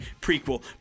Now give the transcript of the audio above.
prequel